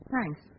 Thanks